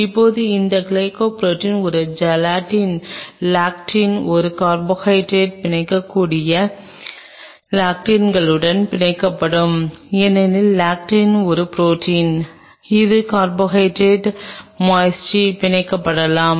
இப்போது இந்த கிளைகோபுரோட்டின்கள் ஒரு லெக்டின் ஒரு கார்போஹைட்ரேட்டுடன் பிணைக்கக்கூடிய லெக்டின்களுடன் பிணைக்கப்படும் ஏனெனில் லெக்டின் ஒரு ப்ரோடீன் இது கார்போஹைட்ரேட் மொயட்டியுடன் பிணைக்கப்படலாம்